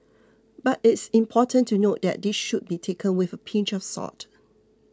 but it's important to note that this should be taken with a pinch of salt